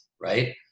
right